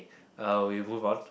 uh we move on